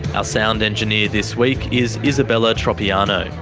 ah sound engineer this week is isabella tropiano,